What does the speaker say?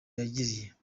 yagiye